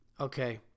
Okay